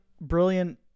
brilliant